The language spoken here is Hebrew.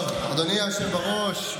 אדוני היושב בראש,